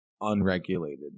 unregulated